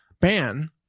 ban